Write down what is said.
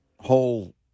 whole